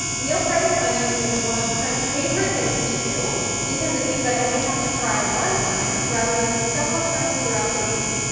meal prepping onions is one of my favorite things to do because it means i only have to cry one time, rather than several times throughout the week.